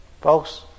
Folks